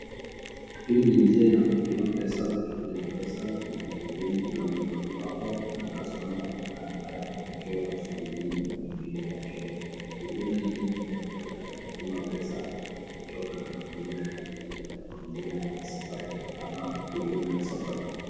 Hii ni njia ya kutuma pesa kutumia mpesa kuna mhudumu hapa na customer na ambaye amewekewa shilingi elfu mbili ya Kenya huduma hii ni ya kutuma pesa kutoka namba ingine hadi ingine kwa njia ya Safaricom ama huduma ya Safaricom.